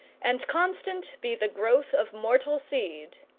and constant be the growth of mortal seed.